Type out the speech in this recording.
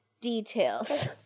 Details